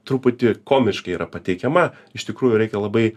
truputį komiškai yra pateikiama iš tikrųjų reikia labai